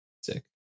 Sick